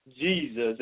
Jesus